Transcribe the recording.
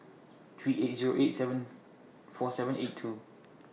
three eight Zero eight seven four seven eight two